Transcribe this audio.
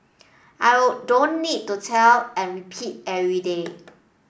I would don't need to tell and repeat every day